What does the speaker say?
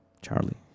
Charlie